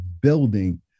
building